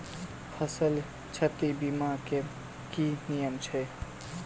फसल क्षति बीमा केँ की नियम छै?